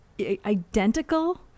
identical